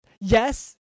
yes